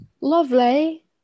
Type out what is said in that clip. Lovely